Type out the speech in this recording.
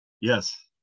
Yes